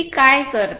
ती काय करते